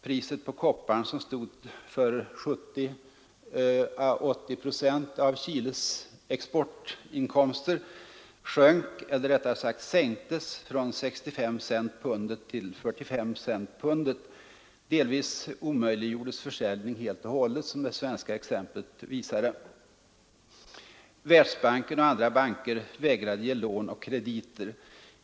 Priset på kopparn, som stod för 70 å 80 procent av Chiles exportinkomster, sjönk — eller rättare sagt sänktes — från 65 cent pundet till 45 cent pundet. Delvis omöjliggjordes försäljning helt och hållet, som det svenska exemplet visade. Världsbanken och andra banker vägrade ge lån och krediter.